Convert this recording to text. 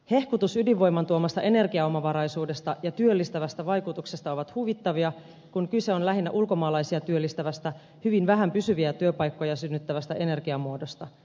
hehkutus ydinvoiman tuomasta energiaomavaraisuudesta ja työllistävästä vaikutuksesta on huvittavaa kun kyse on lähinnä ulkomaalaisia työllistävästä hyvin vähän pysyviä työpaikkoja synnyttävästä energiamuodosta